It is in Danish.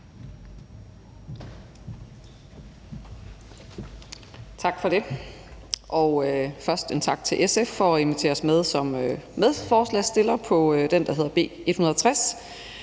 Tak for det. Først en tak til SF for at invitere os med som medforslagsstillere på den, der hedder B 160,